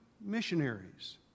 missionaries